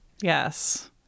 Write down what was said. Yes